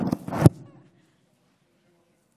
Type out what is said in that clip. אדוני היושב-ראש,